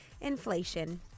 Inflation